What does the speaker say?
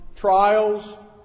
trials